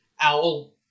owl